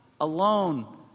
alone